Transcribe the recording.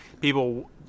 people